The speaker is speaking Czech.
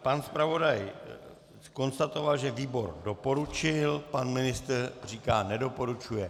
Pan zpravodaj konstatoval, že výbor doporučil, pan ministr nedoporučuje.